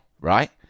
right